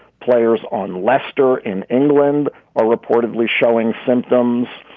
players on leicester in england are reportedly showing symptoms.